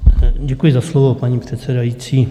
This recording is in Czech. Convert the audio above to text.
Děkuji za slovo, paní předsedající.